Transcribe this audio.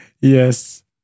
yes